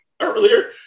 earlier